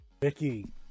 vicky